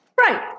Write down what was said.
Right